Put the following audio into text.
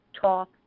talk